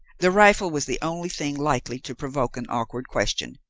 the rifle was the only thing likely to provoke an awkward question,